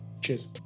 Cheers